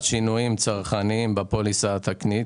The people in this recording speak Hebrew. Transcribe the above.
שינויים צרכניים בפוליסה התקנית.